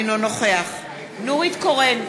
אינו נוכח נורית קורן,